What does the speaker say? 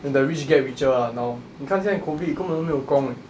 and the rich get richer ah now 你看现在 COVID 根本都没有工 eh